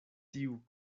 tiu